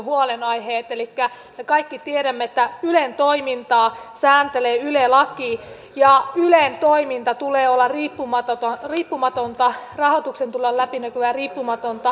elikkä me kaikki tiedämme että ylen toimintaa sääntelee yle laki ja ylen toiminnan tulee olla riippumatonta rahoituksen olla läpinäkyvää ja riippumatonta